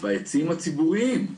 בעצים הציבוריים.